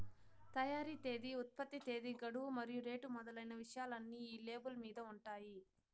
తయారీ తేదీ ఉత్పత్తి తేదీ గడువు మరియు రేటు మొదలైన విషయాలన్నీ ఈ లేబుల్ మీద ఉంటాయి